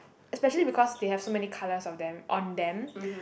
especially because they have so many colors of them on them